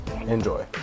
Enjoy